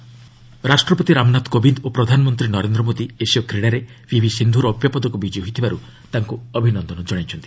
PM Asian games ରାଷ୍ଟ୍ରପତି ରାମନାଥ କୋବିନ୍ଦ୍ ଓ ପ୍ରଧାନମନ୍ତ୍ରୀ ନରେନ୍ଦ୍ର ମୋଦି ଏସୀୟ କ୍ରୀଡ଼ାରେ ପିଭି ସିନ୍ଧୁ ରୌପ୍ୟ ପଦକ ବିଜୟୀ ହୋଇଥିବାରୁ ତାଙ୍କୁ ଅଭିନନ୍ଦନ ଜଣାଇଛନ୍ତି